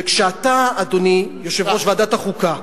וכשאתה, אדוני יושב-ראש ועדת החוקה,